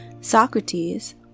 Socrates